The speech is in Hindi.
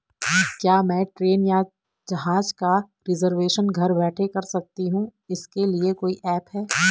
क्या मैं ट्रेन या जहाज़ का रिजर्वेशन घर बैठे कर सकती हूँ इसके लिए कोई ऐप है?